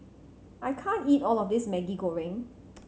I can't eat all of this Maggi Goreng